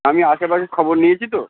আমি আশেপাশে খবর নিয়েছি তো